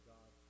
God